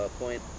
point